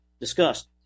discussed